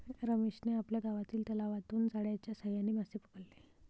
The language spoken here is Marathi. रमेशने आपल्या गावातील तलावातून जाळ्याच्या साहाय्याने मासे पकडले